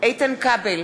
איתן כבל,